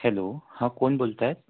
hello हां कोण बोलताय